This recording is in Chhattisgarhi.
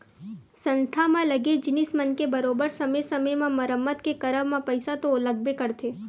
संस्था म लगे जिनिस मन के बरोबर समे समे म मरम्मत के करब म पइसा तो लगबे करथे